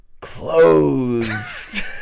Closed